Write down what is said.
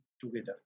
together